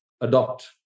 adopt